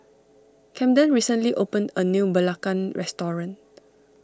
Camden recently opened a new Belacan restaurant